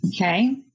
Okay